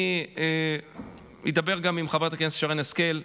אני אדבר גם עם חברת הכנסת שרן השכל,